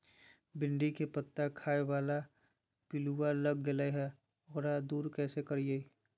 भिंडी के पत्ता खाए बाला पिलुवा लग गेलै हैं, एकरा दूर कैसे करियय?